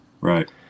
right